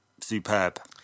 Superb